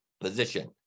position